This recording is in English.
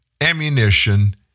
ammunition